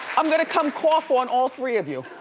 i'm gonna come cough on all three of you.